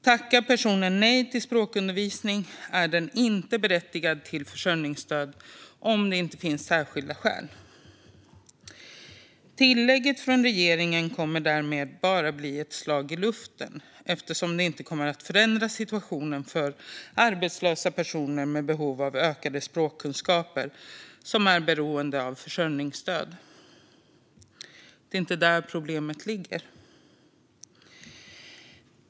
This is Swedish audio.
Om personen tackar nej till språkundervisning är hen inte berättigad till försörjningsstöd om det inte finns särskilda skäl. Tillägget från regeringen kommer därmed bara att bli ett slag i luften eftersom det inte kommer att förändra situationen för arbetslösa personer med behov av ökade språkkunskaper som är beroende av försörjningsstöd. Det är inte där problemet ligger.